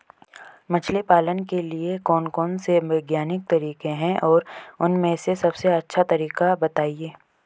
मछली पालन के लिए कौन कौन से वैज्ञानिक तरीके हैं और उन में से सबसे अच्छा तरीका बतायें?